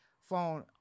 phone